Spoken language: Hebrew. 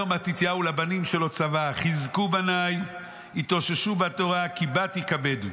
אומר מתתיהו לבנים שלו צוואה: "חזקו בניי והתאוששו בתורה כי בה תיכבדו.